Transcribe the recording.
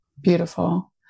beautiful